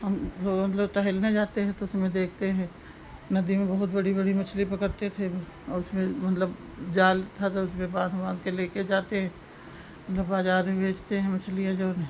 हम रोज़ मतलब टहलने जाते हैं तो उसमें देखते हैं नदी में बहुत बड़ी बड़ी मछली पकड़ते थे और उसमें मतलब जाल था तो उसमें बाँध बाँध के लेकर जाते हैं मतलब बाजार में बेचते हैं मछलियाँ जो है